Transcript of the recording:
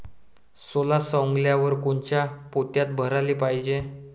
सोला सवंगल्यावर कोनच्या पोत्यात भराले पायजे?